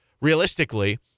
realistically